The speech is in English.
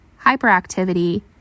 hyperactivity